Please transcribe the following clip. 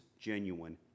genuine